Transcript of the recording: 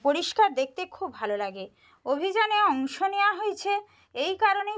পরিষ্কার দেখতে খুব ভালো লাগে অভিযানে অংশ নেওয়া হয়েছে এই কারণেই